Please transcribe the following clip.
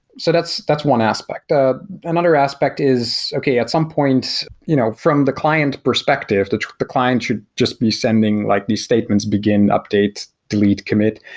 so that's that's one aspect. ah another aspect is, okay, at some points, you know from the client perspective, the client should just be sending like these statements, begin update, delete, commit.